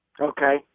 Okay